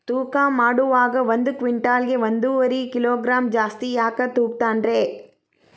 ತೂಕಮಾಡುವಾಗ ಒಂದು ಕ್ವಿಂಟಾಲ್ ಗೆ ಒಂದುವರಿ ಕಿಲೋಗ್ರಾಂ ಜಾಸ್ತಿ ಯಾಕ ತೂಗ್ತಾನ ರೇ?